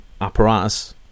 apparatus